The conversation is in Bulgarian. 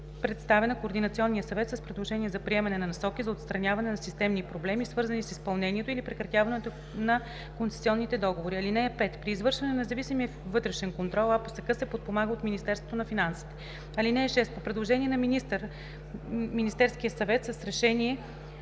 представя на Координационния съвет с предложение за приемане на насоки за отстраняване на системни проблеми, свързани с изпълнението или прекратяването на концесионните договори. (5) При извършване на независимия външен контрол АПСК се подпомага от Министерството на финансите. (6) По предложение на министър Министерският съвет с решение